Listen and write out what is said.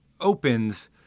opens